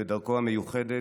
בדרכו המיוחדת,